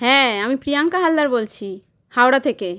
হ্যাঁ আমি প্রিয়াঙ্কা হালদার বলছি হাওড়া থেকে